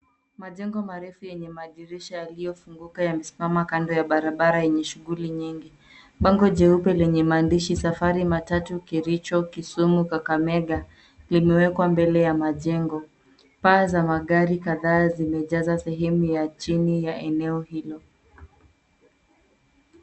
Majengo marefu yenye madirisha yaliyofunguka yamesimama kando ya barabara yenye shughuli nyingi. Bango jeupe lenye maandishi Safari matatu, Kericho, Kisumu, Kakamega limewekwa mbele ya majengo. Paa za magari kadhaa zimejaza sehemu ya chini ya eneo hilo.